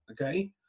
okay